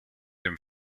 dem